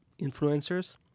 influencers